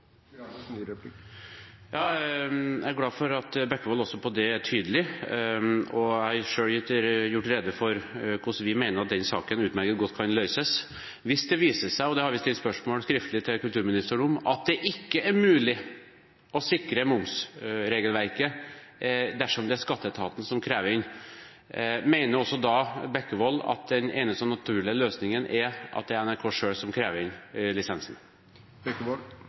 Jeg er glad for at Bekkevold også på det er tydelig, og jeg har selv gjort rede for hvordan vi mener at den saken utmerket godt kan løses. Hvis det viser seg – dette har vi også stilt skriftlig spørsmål til kulturministeren om – at ikke det er mulig å sikre momsregelverket dersom det er skatteetaten som krever inn, mener da også Bekkevold at den eneste naturlige løsningen er at NRK selv krever inn lisensen? Dette er